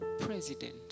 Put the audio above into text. president